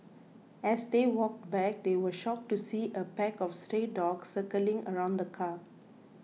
as they walked back they were shocked to see a pack of stray dogs circling around the car